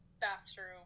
bathroom